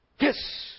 Yes